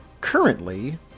currently